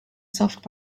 soft